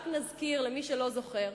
רק נזכיר למי שלא זוכר: